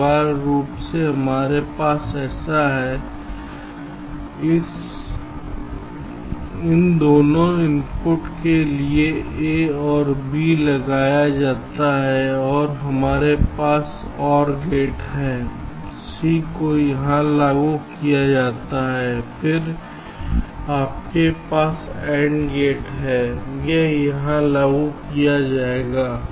अनिवार्य रूप से हमारे पास ऐसा है इन दोनों इनपुटों के लिए a और b लगाया जाता है और हमारे पास OR गेट है c को यहां लागू किया गया है फिर आपके पास AND गेट है यह यहां लागू किया गया है